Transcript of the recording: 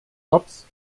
jobs